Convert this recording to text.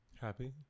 happy